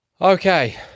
Okay